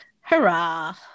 hurrah